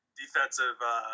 defensive